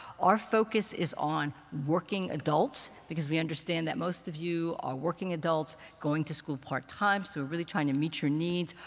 our focus is on working adults, because we understand that most of you are working adults, going to school part-time. so we're really trying to meet your needs.